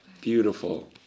beautiful